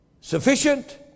Sufficient